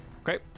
Okay